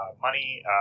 money